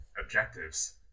objectives